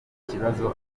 ikibazo